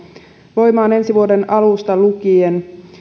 voimaan ensi vuoden alusta lukien